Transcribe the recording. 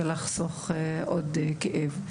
וכדי לחסוך עוד כאב.